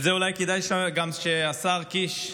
לזה אולי כדאי שגם השר קיש יקשיב.